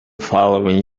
following